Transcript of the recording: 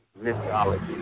mythology